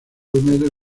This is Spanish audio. olmedo